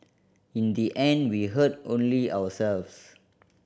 in the end we hurt only ourselves